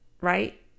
right